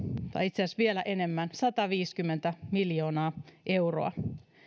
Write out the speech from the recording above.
tai itse asiassa vielä enemmän sataviisikymmentä miljoonaa euroa